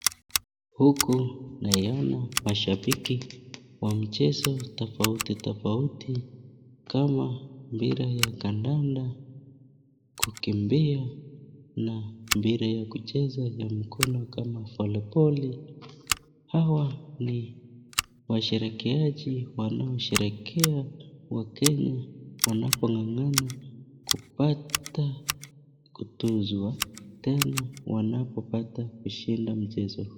Huku naiona mashabiki wa michezo tofauti tofauti kama mpira ya kandanda , kukimbia na mpira ya kucheza na mikono kama voliboli . Hawa ni washerekeaji wanaosherehekea wakenya wanapoa ng'ang'ana kupata kutuzwa tena wanapo pata kushinda mchezo huu. .